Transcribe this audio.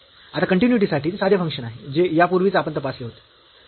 आता कन्टीन्यूईटी साठी ते साधे फंक्शन आहे जे यापूर्वीच आपण तपासले होते